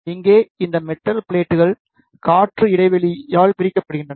இங்கே இந்த மெட்டல் ப்ளெட்கள் காற்று இடைவெளியால் பிரிக்கப்படுகின்றன